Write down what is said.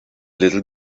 little